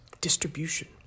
distribution